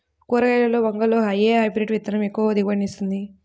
కూరగాయలలో వంగలో ఏ హైబ్రిడ్ విత్తనం ఎక్కువ దిగుబడిని ఇస్తుంది?